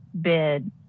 bid